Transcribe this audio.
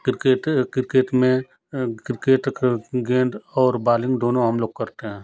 cricket cricket में cricket गेंद और बालिंग दोनों हम लोग करते हैं